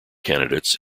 candidates